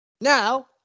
Now